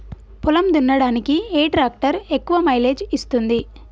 పొలం దున్నడానికి ఏ ట్రాక్టర్ ఎక్కువ మైలేజ్ ఇస్తుంది?